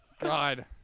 God